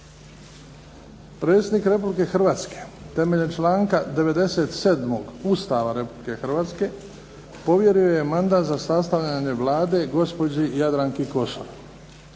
Predsjednik Republike Hrvatske temeljem članka 97. Ustava Republike Hrvatske povjerio je mandat za sastavljanje Vlade gospođi Jadranki Kosor.